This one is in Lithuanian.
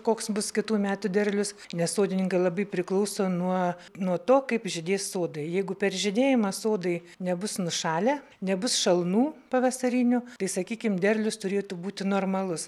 koks bus kitų metų derlius nes sodininkai labai priklauso nuo nuo to kaip žydės sodai jeigu per žydėjimą sodai nebus nušalę nebus šalnų pavasarinių tai sakykim derlius turėtų būti normalus